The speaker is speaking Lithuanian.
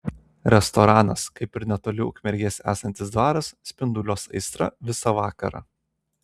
restoranas kaip ir netoli ukmergės esantis dvaras spinduliuos aistrą visa vakarą